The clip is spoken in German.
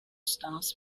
stars